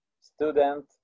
student